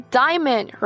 diamond